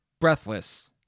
Breathless